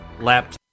laptop